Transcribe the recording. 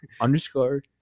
underscore